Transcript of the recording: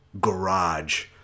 garage